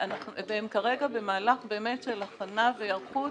והם כרגע במהלך באמת של הכנה והיערכות